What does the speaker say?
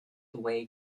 weigh